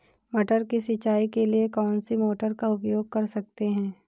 मटर की सिंचाई के लिए कौन सी मोटर का उपयोग कर सकते हैं?